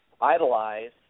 idolize